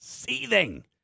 seething